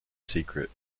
secret